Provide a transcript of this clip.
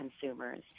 consumers